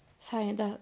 find